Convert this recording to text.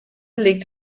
legt